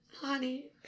Honey